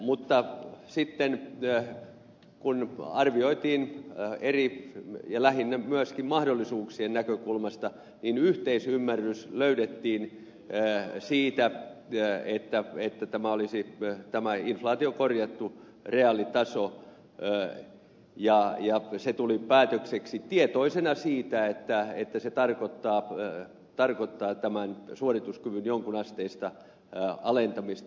mutta sitten kun arvioitiin myöskin eri mahdollisuuksien näkökulmasta niin yhteisymmärrys löydettiin siitä että tämä olisi tämä inflaatiokorjattu reaalitaso ja se tuli päätökseksi tietoisina siitä että se tarkoittaa suorituskyvyn jonkinasteista alentamista